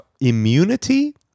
immunity